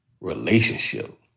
relationship